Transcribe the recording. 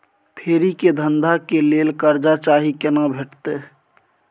फेरी के धंधा के लेल कर्जा चाही केना भेटतै?